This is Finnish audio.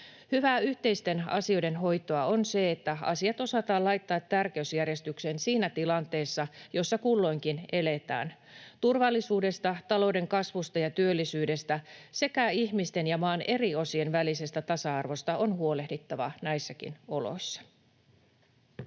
Hyvää yhteisten asioiden hoitoa on, että asiat osataan laittaa tärkeysjärjestykseen siinä tilanteessa, jossa kulloinkin eletään. Turvallisuudesta, talouden kasvusta ja työllisyydestä sekä ihmisten ja maan eri osien välisestä tasa-arvosta on huolehdittava näissäkin oloissa.